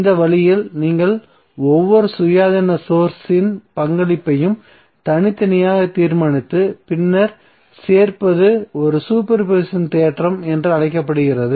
இந்த வழியில் நீங்கள் ஒவ்வொரு சுயாதீன சோர்ஸ் இன் பங்களிப்பையும் தனித்தனியாக தீர்மானித்து பின்னர் சேர்ப்பது ஒரு சூப்பர் பொசிஷன் தேற்றம் என்று அழைக்கப்படுகிறது